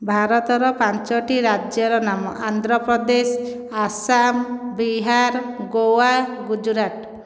ଭାରତର ପାଞ୍ଚୋଟି ରାଜ୍ୟର ନାମ ଆନ୍ଧ୍ରପ୍ରଦେଶ ଆସାମ ବିହାର ଗୋଆ ଗୁଜୁରାଟ